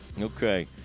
Okay